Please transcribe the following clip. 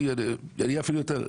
אני אגיד אפילו יותר,